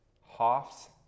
Hoff's